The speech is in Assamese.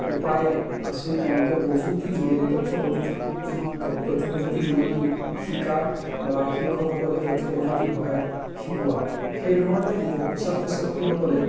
উপায় আছিল তেওঁলোকে প্ৰযুক্তি যোগেদি তথ্য তথ্য় প্ৰযুক্তিৰ যোগেদি শিকা বা শিক্ষকসকলে তথ্য় প্ৰযুক্তিৰ সহায়ত শিকোৱা সেই ধৰণে বহু ছাত্ৰ ছাত্ৰীসকলে